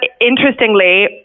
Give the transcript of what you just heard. interestingly